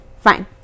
Fine